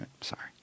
Sorry